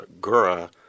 Gura